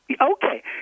Okay